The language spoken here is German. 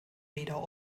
weder